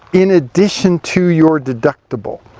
in addition, to your deductible.